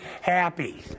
happy